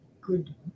good